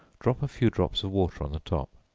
drop a few drops of water on the top,